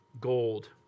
gold